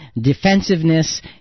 defensiveness